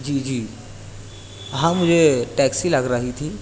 جی جی ہاں مجھے ٹیکسی لگ رہی تھی